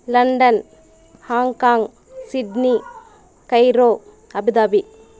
London Hong Kong Sydney Cairo Abu Dhabi